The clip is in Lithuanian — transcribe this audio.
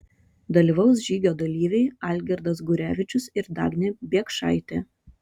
dalyvaus žygio dalyviai algirdas gurevičius ir dagnė biekšaitė